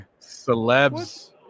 Celebs